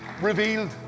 revealed